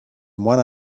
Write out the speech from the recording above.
one